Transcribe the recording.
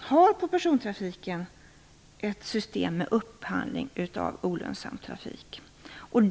har för persontrafiken ett system med upphandling av olönsam trafik.